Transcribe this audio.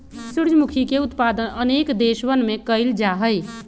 सूर्यमुखी के उत्पादन अनेक देशवन में कइल जाहई